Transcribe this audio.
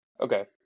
Okay